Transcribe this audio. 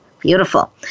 beautiful